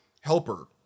helper